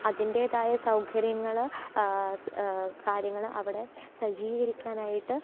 അതിന്റേതായ സൗകര്യങ്ങൾ കാര്യങ്ങൾ അവിടെ സജ്ജീകരിക്കാനായിട്ട്